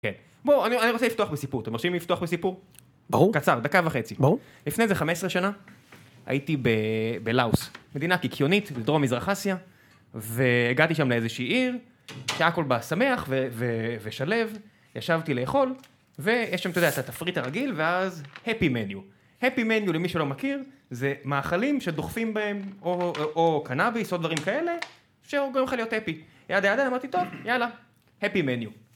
כן. בואו, אני רוצה לפתוח בסיפור. אתם רוצים לי לפתוח בסיפור? ברור. קצר, דקה וחצי. לפני איזה 15 שנה, הייתי בלאוס, מדינה קיקיונית, דרום מזרח אסיה, והגעתי שם לאיזשהי עיר, שהכל בה שמח ושלב, ישבתי לאכול, ויש שם, אתה יודע, את התפריט הרגיל, ואז הפי מניו. הפי מניו, למי שלא מכיר, זה מאכלים שדוחפים בהם, או קנאביס, או דברים כאלה, שגם יכול להיות הפי. יאללה, יאללה, אמרתי טוב, יאללה. הפי מניו.